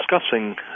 discussing